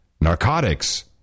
narcotics